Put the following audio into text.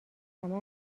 همه